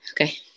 Okay